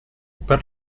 per